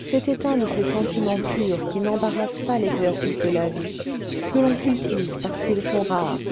c'était un de ces sentiments purs qui n'embarrassent pas l'exercice de la vie que l'on cultive parce qu'ils sont rares